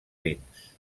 dins